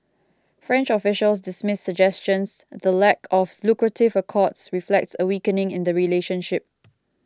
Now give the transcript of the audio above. french officials dismiss suggestions the lack of lucrative accords reflects a weakening in the relationship